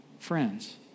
Friends